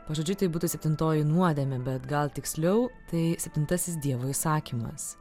pažodžiui tai būtų septintoji nuodėmė bet gal tiksliau tai septintasis dievo įsakymas